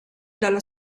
dalla